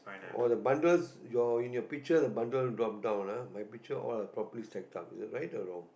all the bundles your in your picture the bundle drop down ah my picture all are proper stacked up is it right or wrong